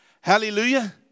Hallelujah